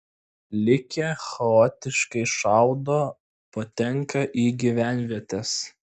likę chaotiškai šaudo patenka į gyvenvietes